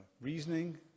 reasoning